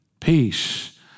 Peace